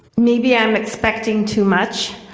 maybe i'm expecting too much.